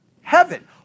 heaven